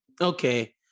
Okay